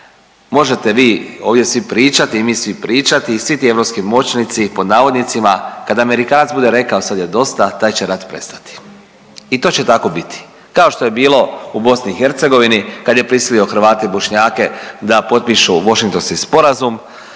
Možete vi ovdje svi pričati i mi svi pričati i svi ti europski moćnici, pod navodnicima, kada Amerikanac bude rekao sad je dosta, taj će rat prestati i to će tako biti. Kao što je bilo u BiH, kad je prisilio Hrvate i Bošnjake da potpišu Vošingtonski sporazum,